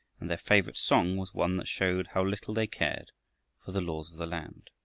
and their favorite song was one that showed how little they cared for the laws of the land.